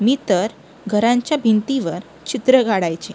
मी तर घरांच्या भिंतीवर चित्र काढायचे